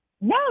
No